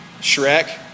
Shrek